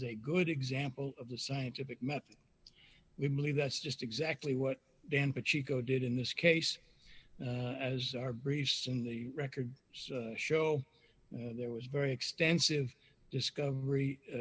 a good example of the scientific method we believe that's just exactly what dan but chico did in this case as our briefs in the record show there was very extensive discovery